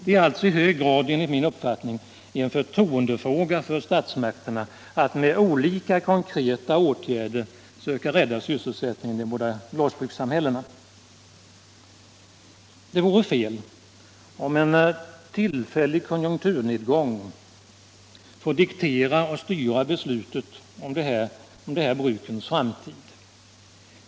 Enligt min uppfattning är det alltså i hög grad en förtroendefråga för statsmakterna att med konkreta åtgärder försöka rädda sysselsättningen i de båda glasbrukssamhällena. Det vore fel om en tillfällig konjunkturnedgång fick diktera och styra beslutet om de här glasbrukens framtid.